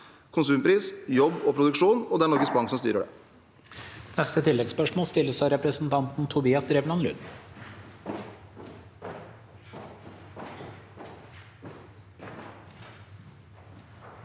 konsumpris, jobb og produksjon – og det er Norges Bank som styrer det.